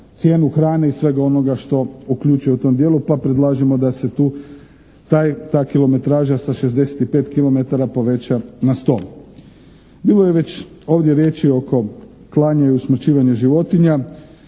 cijenu hrane i svega onoga što uključuje u tom dijelu pa predlažemo da se tu ta kilometraža sa 65 kilometara poveća na 100. Bilo je već ovdje riječi oko klanja i usmrćivanja životinja.